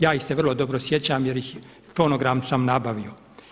Ja ih se vrlo dobro sjećam jer ih, fonogram sam nabavio.